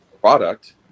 product